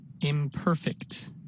imperfect